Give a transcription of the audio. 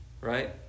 Right